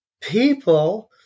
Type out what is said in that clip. people